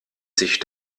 sich